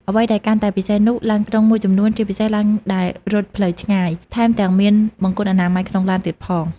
អ្វីដែលកាន់តែពិសេសនោះ ឡានក្រុងមួយចំនួន ជាពិសេសឡានដែលរត់ផ្លូវឆ្ងាយ ថែមទាំងមាន បង្គន់អនាម័យក្នុងឡាន ទៀតផង។